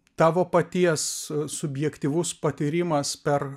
tavo paties subjektyvus patyrimas per